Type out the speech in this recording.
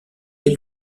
est